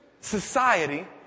society